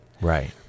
right